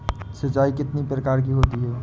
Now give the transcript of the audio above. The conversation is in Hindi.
सिंचाई कितनी प्रकार की होती हैं?